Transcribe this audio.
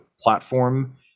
platform